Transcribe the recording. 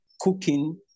cooking